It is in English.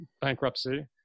bankruptcy